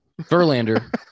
Verlander